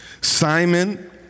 Simon